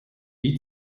wie